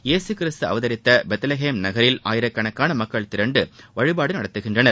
இயேசு கிறிஸ்து அவதரித்த பெத்வஹேம் நகரில் ஆயிரக்கணக்கான மக்கள் திரண்டு வழிபாடு நடத்துகின்றனர்